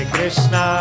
Krishna